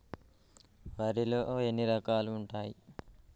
వరిలో ఎన్ని రకాలు ఉంటాయి?